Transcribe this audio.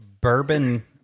bourbon